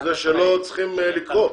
בזה שלא צריכים לקרוא,